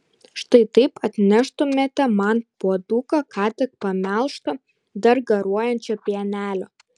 štai taip atneštumėte man puoduką ką tik pamelžto dar garuojančio pienelio